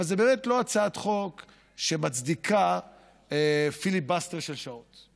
אבל היא באמת לא הצעת חוק שמצדיקה פיליבסטר של שעות.